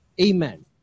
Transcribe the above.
amen